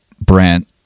Brent